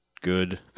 good